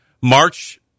March